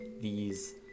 these-